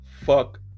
Fuck